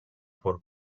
por